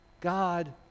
God